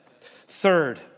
Third